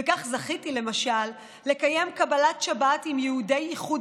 וכך זכיתי למשל לקיים קבלת שבת עם יהודי איחוד